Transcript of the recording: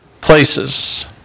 places